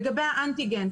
לגבי האנטיגן.